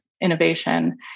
innovation